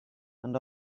and